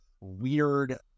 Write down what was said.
weird